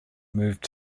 moved